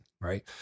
right